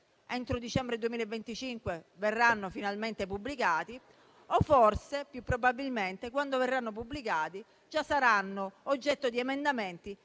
entro dicembre 2025 verranno finalmente pubblicati o, più probabilmente, quando verranno pubblicati già saranno oggetto di emendamenti,